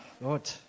Lord